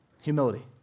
Humility